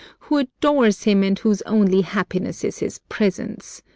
who adores him and whose only happiness is his presence.